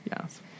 yes